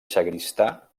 sagristà